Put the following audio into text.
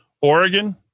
Oregon